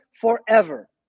forever